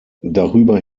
darüber